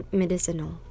medicinal